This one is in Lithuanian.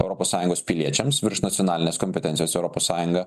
europos sąjungos piliečiams virš nacionalinės kompetencijos į europos sąjunga